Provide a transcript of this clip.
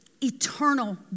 eternal